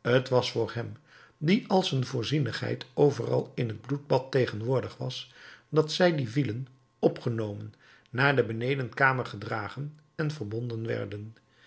t was door hem die als een voorzienigheid overal in het bloedbad tegenwoordig was dat zij die vielen opgenomen naar de benedenkamer gedragen en verbonden werden